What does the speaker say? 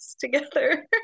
together